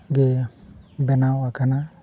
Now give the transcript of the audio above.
ᱜᱮ ᱵᱮᱱᱟᱣ ᱟᱠᱟᱱᱟ